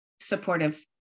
supportive